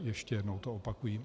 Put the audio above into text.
Ještě jednou to opakuji.